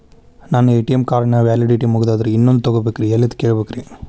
ನನ್ನ ATM card ನ validity ಮುಗದದ್ರಿ ಇನ್ನೊಂದು ತೊಗೊಬೇಕ್ರಿ ಎಲ್ಲಿ ಕೇಳಬೇಕ್ರಿ?